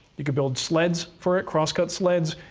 you could build sleds for it, cross-cut sleds,